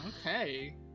okay